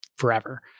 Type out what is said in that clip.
forever